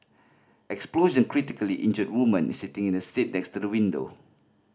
explosion critically injured woman sitting in the seat next to the window